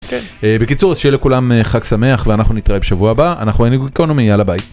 בקיצור שיהיה לכולם חג שמח ואנחנו נתראה בשבוע הבא אנחנו היינו גיקונומי יאללה ביי.